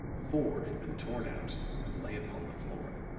four had been torn out and lay upon the floor.